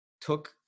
took